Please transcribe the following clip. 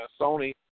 Sony